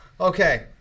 Okay